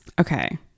Okay